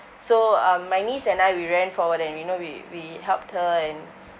so um my niece and I we ran forward and you know we we helped her and